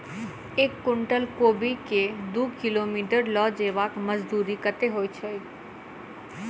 एक कुनटल कोबी केँ दु किलोमीटर लऽ जेबाक मजदूरी कत्ते होइ छै?